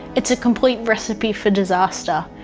it's a complete recipe for disaster,